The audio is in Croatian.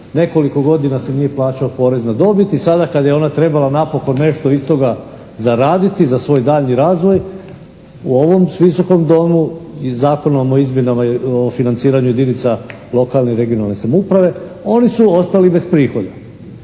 Nekoliko godina se nije plaćao porez na dobit i sada kad je ona trebala napokon nešto iz toga zaraditi za svoj daljnji razvoj u ovom Visokom Domu i Zakonom o izmjenama o financiranju jedinica lokalne i regionalne samouprave oni su ostali bez prihoda.